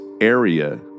area